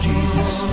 Jesus